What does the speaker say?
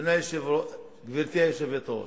אדוני היושב-ראש, גברתי היושבת-ראש,